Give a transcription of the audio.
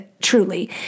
Truly